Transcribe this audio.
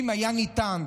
אם היה ניתן,